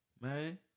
man